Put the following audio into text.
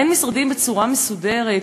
אין משרדים בצורה מסודרת?